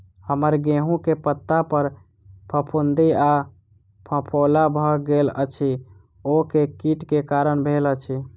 हम्मर गेंहूँ केँ पत्ता पर फफूंद आ फफोला भऽ गेल अछि, ओ केँ कीट केँ कारण भेल अछि?